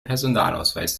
personalausweis